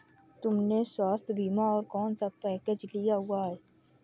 तुमने स्वास्थ्य बीमा का कौन सा पैकेज लिया हुआ है?